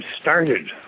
started